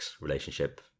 relationship